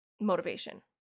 Motivation